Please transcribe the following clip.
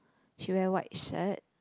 she wear white shirt